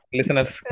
Listeners